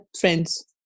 friends